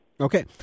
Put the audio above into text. Okay